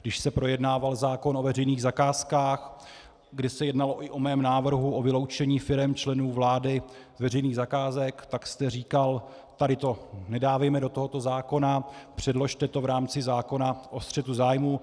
Když se projednával zákon o veřejných zakázkách, kdy se jednalo i o mém návrhu o vyloučení firem členů vlády z veřejných zakázek, tak jste říkal: Tady to nedávejme do tohoto zákona, předložte to v rámci zákona o střetu zájmů.